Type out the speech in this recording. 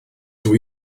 dydw